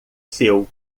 seu